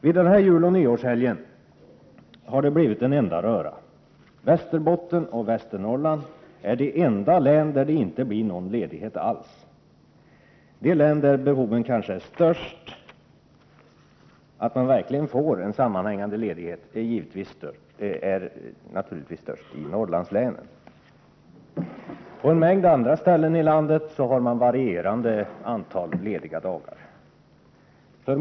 Vid denna juloch nyårshelg har det blivit en enda röra. Västerbotten och Västernorrland är de enda län där det inte blir någon ledighet alls — de län där behovet kanske är störst av att få en sammanhängande ledighet. På en mängd andra ställen i landet har man ett varierande antal lediga dagar.